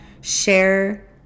share